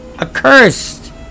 accursed